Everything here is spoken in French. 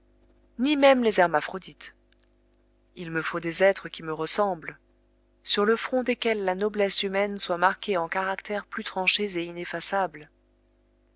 ni même les hermaphrodites il me faut des êtres qui me ressemblent sur le front desquels la noblesse humaine soit marquée en caractères plus tranchés et ineffaçables